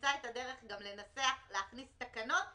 שאמצא את הדרך גם להכניס תקנות בחקיקה,